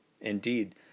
Indeed